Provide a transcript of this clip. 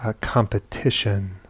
competition